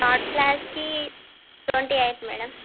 third క్లాస్కి twenty eight madam